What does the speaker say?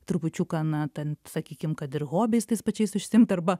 trupučiuką na ten sakykim kad ir hobiais tais pačiais užsiimt arba